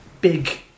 big